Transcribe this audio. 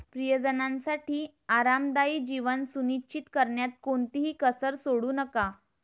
प्रियजनांसाठी आरामदायी जीवन सुनिश्चित करण्यात कोणतीही कसर सोडू नका